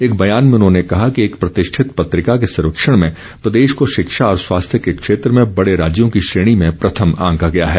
एक बयान में उन्होंने कहा कि एक प्रतिष्ठित पत्रिका के सर्वेक्षण में प्रदेश को शिक्षा और स्वास्थ्य के क्षेत्र में बड़े राज्यों की श्रेणी में प्रथम आंका गया है